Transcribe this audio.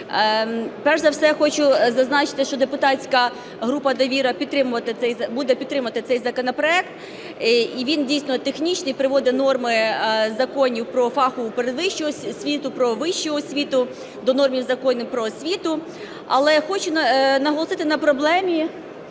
Перш за все хочу зазначити, що депутатська група "Довіра" буде підтримувати цей законопроект. І він дійсно технічний, і приводить норми законів "Про фахову передвищу освіту", "Про вищу освіту" до норм Закону "Про освіту". Але хочу наголосити на проблемі,